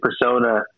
persona